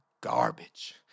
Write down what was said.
garbage